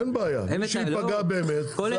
מי שייפגע באמת זה